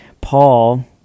Paul